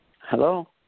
Hello